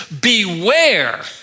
beware